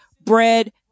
bread